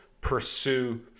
pursue